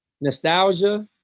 nostalgia